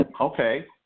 Okay